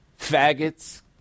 faggots